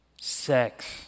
sex